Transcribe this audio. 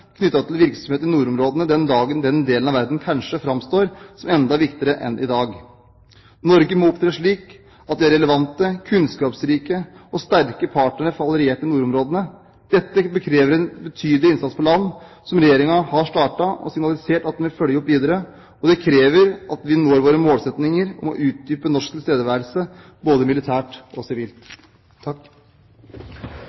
til virksomhet i nordområdene den dagen den delen av verden kanskje framstår som enda viktigere enn i dag. Norge må opptre slik at vi er relevante, kunnskapsrike og sterke partnere for allierte i nordområdene. Dette krever en betydelig innsats på land, som Regjeringen har startet og signalisert at en vil følge opp videre, og det krever at vi når våre målsetninger om å utdype norsk tilstedeværelse både militært og sivilt.